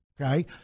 Okay